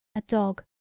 a dog.